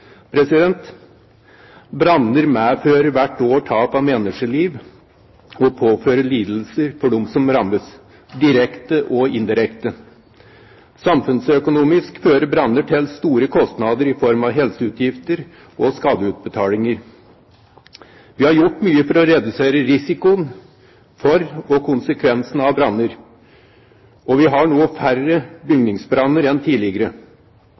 Branner medfører hvert år tap av menneskeliv og påfører lidelser for dem som rammes – direkte og indirekte. Samfunnsøkonomisk fører branner til store kostnader i form av helseutgifter og skadeutbetalinger. Vi har gjort mye for å redusere risikoen for og konsekvensene av branner, og vi har nå færre bygningsbranner enn tidligere.